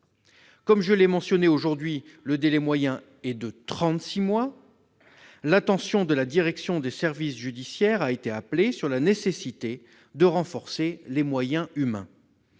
Comme je l'ai mentionné, aujourd'hui, ce délai est en moyenne de trente-six mois. L'attention de la direction des services judiciaires a été appelée sur la nécessité de renforcer les moyens humains.